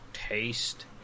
Taste